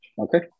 Okay